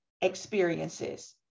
experiences